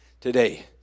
today